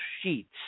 sheets